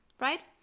right